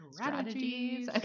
Strategies